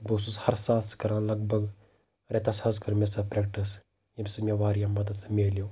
بہٕ اوسُس ہر ساسہٕ کَران لگ بگ رٮ۪تَس حظ کٔر مےٚ سۄ پرٛٮ۪کٹِس ییٚمہِ سۭتۍ مےٚ واریاہ مَدَت مِلیو